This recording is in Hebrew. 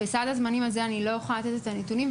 בסד הזמנים הזה אני לא יכולה לתת את הנתונים,